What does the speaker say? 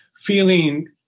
feeling